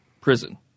prison